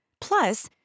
Plus